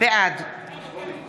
בעד